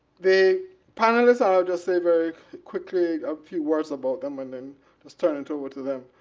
the panelists, i will just say very quickly a few words about them, and then let's turn it over to them.